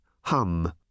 hum